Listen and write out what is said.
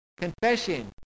Confession